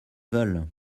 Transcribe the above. veulent